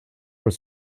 were